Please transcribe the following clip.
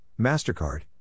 MasterCard